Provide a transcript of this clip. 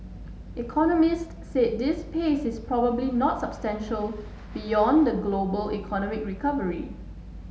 economist said this pace is probably not beyond the global economic recovery